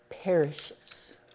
perishes